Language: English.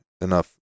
enough